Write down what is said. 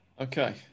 Okay